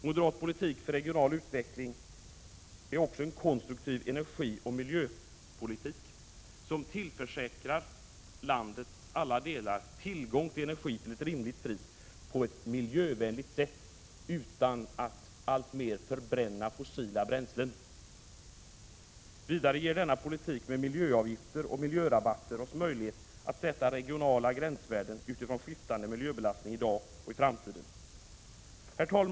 Moderat politik för regional utveckling är en konstruktiv energioch miljöpolitik, som tillförsäkrar landets alla delar tillgång till energi till ett rimligt pris och på ett miljövänligt sätt utan att alltmer förbränna fossila bränslen. Vidare ger denna politik med miljöavgifter och miljörabatter oss möjlighet att sätta regionala gränsvärden utifrån skiftande miljöbelastning i dag och i framtiden. Herr talman!